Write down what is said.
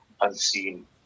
unseen